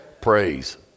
praise